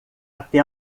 até